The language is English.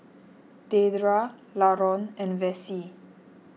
Dedra Laron and Vassie